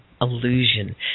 illusion